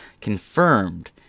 confirmed